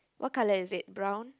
what colour is it brown